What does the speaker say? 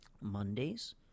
Mondays